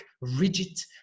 rigid